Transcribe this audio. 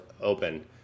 open